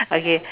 okay